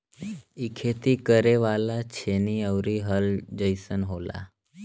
इ खेती करे वाला छेनी आउर हल जइसन होला